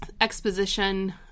exposition